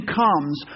comes